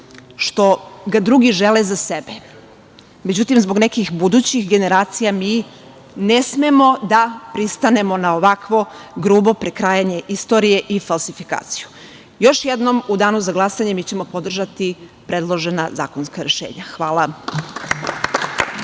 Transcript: što ga drugi žele za sebe. Međutim, zbog nekih budućih generacija mi ne smemo da pristanemo na ovakvo grubo prekrajanje istorije i falsifikaciju. Još jednom, u danu za glasanje mi ćemo podržati predložena zakonska rešenja. Hvala.